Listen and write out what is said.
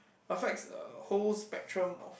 affects a whole spectrum of